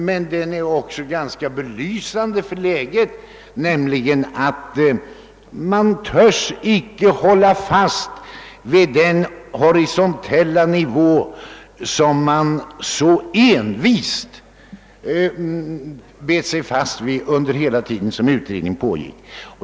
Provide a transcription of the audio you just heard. Men den är också ganska belysande för det nuvarande läget, där man inte vågar ligga kvar på den horisontella nivå, som man så envist bet sig fast vid under hela den tid som utredningen pågick.